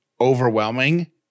overwhelming